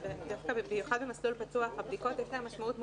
במיוחד במסלול הפתוח לבדיקות יש משמעות מוגבלת,